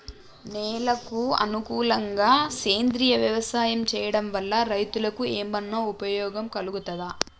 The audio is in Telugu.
నేలకు అనుకూలంగా సేంద్రీయ వ్యవసాయం చేయడం వల్ల రైతులకు ఏమన్నా ఉపయోగం కలుగుతదా?